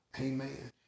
Amen